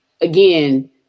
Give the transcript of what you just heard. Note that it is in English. again